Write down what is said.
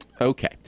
Okay